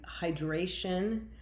hydration